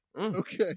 Okay